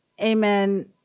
amen